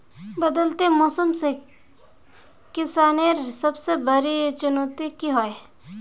बदलते मौसम से किसानेर सबसे बड़ी चुनौती की होय?